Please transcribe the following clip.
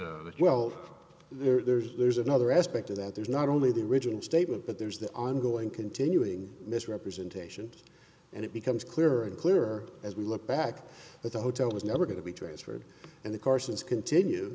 well there's there's another aspect of that there's not only the original statement but there's the ongoing continuing misrepresentation and it becomes clearer and clearer as we look back at the hotel was never going to be transferred and the carson's continue